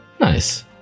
Nice